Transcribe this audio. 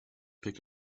pick